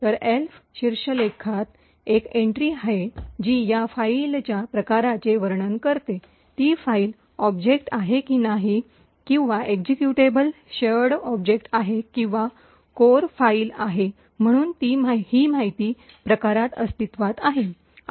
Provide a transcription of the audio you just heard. तर एल्फ शीर्षलेखात एक एन्ट्री आहे जी या फाईलच्या प्रकाराचे वर्णन करते ती फाईल ऑब्जेक्ट आहे की नाही किंवा एक्जिक्युटेबल शेअर्ड ऑब्जेक्ट आहे किंवा कोर फाइल आहे म्हणून ही माहिती प्रकारात अस्तित्त्वात आहे